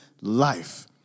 life